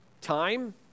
time